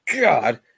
God